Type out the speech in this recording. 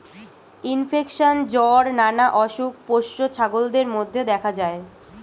infection, জ্বর নানা অসুখ পোষ্য ছাগলদের মধ্যে দেখা যায়